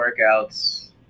workouts